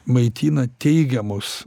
maitina teigiamus